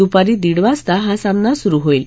दुपारी दीड वाजता हा सामना सुरु होईल